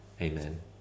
amen